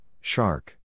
shark